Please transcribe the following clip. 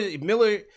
Miller